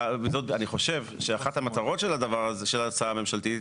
אני חושב שאחת המטרות של הדבר הזה של ההצעה הממשלתית,